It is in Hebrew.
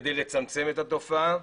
כדי לצמצם את התופעה.